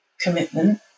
commitment